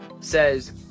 says